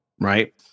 right